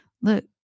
Look